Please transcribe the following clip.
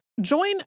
Join